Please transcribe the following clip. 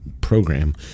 program